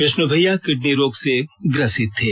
विष्णु भईया किडनी रोग से ग्रसित थे